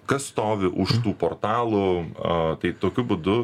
kas stovi už tų portalų a tai tokiu būdu